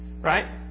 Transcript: Right